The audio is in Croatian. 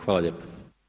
Hvala lijepo.